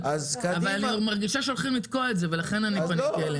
אני מרגישה שהולכים לתקוע את זה ולכן פניתי אליה.